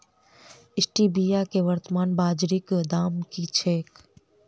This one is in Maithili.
स्टीबिया केँ वर्तमान बाजारीक दाम की छैक?